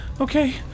okay